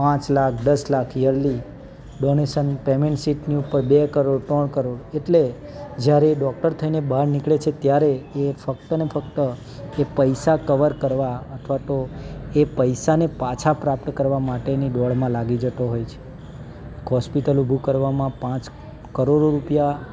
પાંચ લાખ દસ lakh yearly donation payment શીટની ઉપર બે કરોડ ત્રણ કરોડ એટલે જ્યારે એ ડૉક્ટર થઈને બહાર નીકળે છે ત્યારે એ ફક્તને ફક્ત એ પૈસા કવર કરવા અથવા તો એ પૈસાને પાછા પ્રાપ્ત કરવા માટેની દોડમાં લાગી જતો હોય છે હોસ્પિટલ ઊભું કરવામાં પાંચ કરોડો રૂપિયા